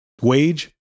wage